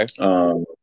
Okay